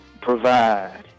provide